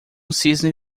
cisne